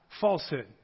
falsehood